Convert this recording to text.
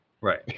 Right